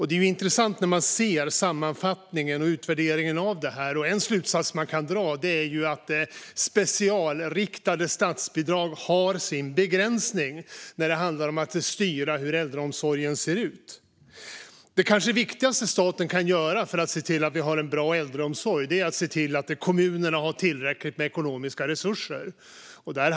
Det är intressant att se sammanfattningen och utvärderingen, och en slutsats man kan dra är att specialriktade statsbidrag har sin begränsning när det handlar om att styra hur äldreomsorgen ser ut. Det kanske viktigaste staten kan göra för att få en bra äldreomsorg är att se till att kommunerna har tillräckligt med ekonomiska resurser.